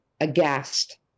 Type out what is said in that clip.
aghast